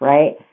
Right